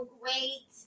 great